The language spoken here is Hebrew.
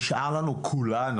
נשאר לנו כולנו,